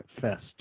fest